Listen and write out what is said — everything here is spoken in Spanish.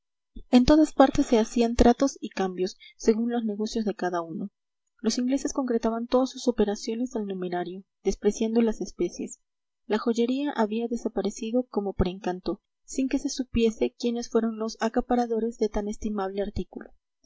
en todas partes se hacían tratos y cambios según los negocios de cada uno los ingleses concretaban todas sus operaciones al numerario despreciando las especies la joyería había desaparecido como por encanto sin que se supiese quiénes fueron los acaparadores de tan estimable artículo